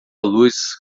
luz